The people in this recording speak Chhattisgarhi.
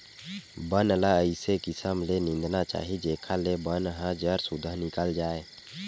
बन ल अइसे किसम ले निंदना चाही जेखर ले बन ह जर सुद्धा निकल जाए